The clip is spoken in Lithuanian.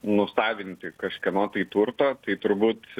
nusavinti kažkieno tai turto tai turbūt